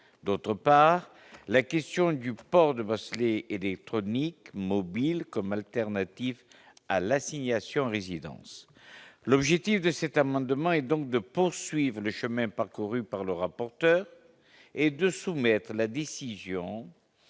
d'autre part, la question du port de bracelet et des chroniques MobilCom comme alternative à l'assignation à résidence, l'objectif de cet amendement et donc de poursuivre le chemin parcouru par le rapporteur et de soumettre la décision